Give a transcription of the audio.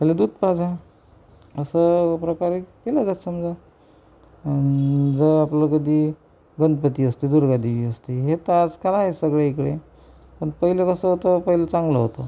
त्याला दूध पाजा असं प्रकारे केलं जातं समदं जर आपलं कधी गणपती असते दुर्गादेवी असते हे तर आज काय आहे सगळे इकडे पण पहिलं कसं होतं पहिलं चांगलं होतं